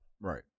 Right